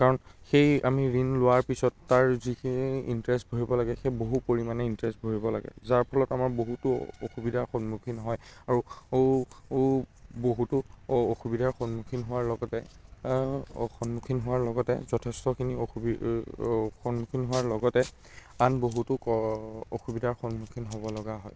কাৰণ সেই আমি ঋণ লোৱাৰ পিছত তাৰ যিখিনি ইণ্টাৰেষ্ট ভৰিব লাগে সেই বহু পৰিমাণে ইণ্টাৰেষ্ট ভৰিব লাগে যাৰ ফলত আমাৰ বহুতো অসুবিধাৰ সন্মুখীন হয় আৰু বহুতো অসুবিধাৰ সন্মুখীন হোৱাৰ লগতে সন্মুখীন হোৱাৰ লগতে যথেষ্টখিনি অসু সন্মুখীন হোৱাৰ লগতে আন বহুতো ক অসুবিধাৰ সন্মুখীন হ'ব লগা হয়